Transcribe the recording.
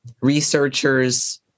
researchers